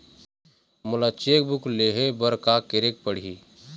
मोला cheque book लेहे बर का केरेक पढ़ही?